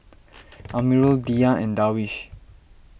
Amirul Dhia and Darwish